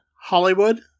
Hollywood